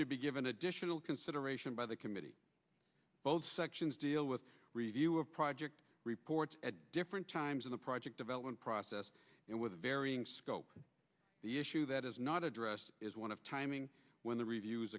should be given additional consideration by the committee both sections feel with review of project reports at different times in the project development process and with varying scope the issue that is not addressed is one of timing when the reviews